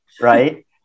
right